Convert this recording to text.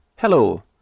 Hello